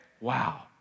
wow